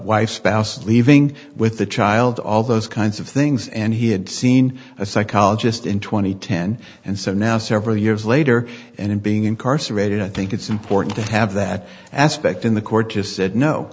wife spouse leaving with the child all those kinds of things and he had seen a psychologist in two thousand and ten and so now several years later and him being incarcerated i think it's important to have that aspect in the court just said no